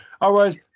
Otherwise